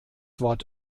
wort